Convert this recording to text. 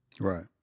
Right